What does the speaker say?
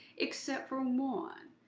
except for one,